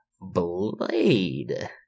blade